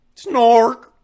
snork